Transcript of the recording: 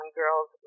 girls